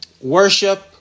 worship